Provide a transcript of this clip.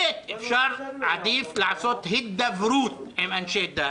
ב', עדיף לעשות הידברות עם אנשי דת.